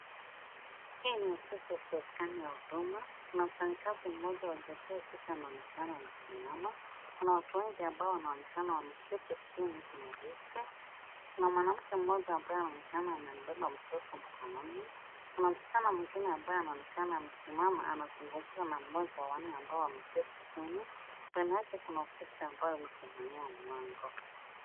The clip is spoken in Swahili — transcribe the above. Hii ni ofisi ya serikali ya Huduma, kuna mfanyikazi mmoja wa jinsia ya kike anaonekana amesimama, kuna watu wengi ambao wanaonekana wameketi chini kwenye viti, kuna mwanamke mmoja ambaye ameonekana amembeba mtoto mkononi, kuna msichana mwingine ambaye anaonekana amesimama anazungumza na mmoja wa wale ambao wameketi chini, mbele yake kuna ofisi ambayo imefunguliwa mlango.